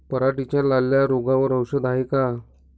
पराटीच्या लाल्या रोगावर औषध हाये का?